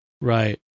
right